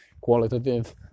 qualitative